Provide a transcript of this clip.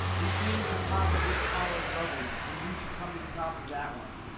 we came to the top of this pile of rubble, so you should come to the top of that one.